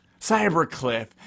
Cybercliff